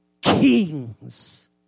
kings